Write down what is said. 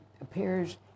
appears